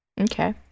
Okay